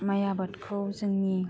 माइ आबादखौ जोंनि